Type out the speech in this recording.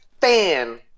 fan